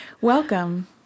Welcome